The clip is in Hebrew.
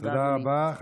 תודה, אדוני.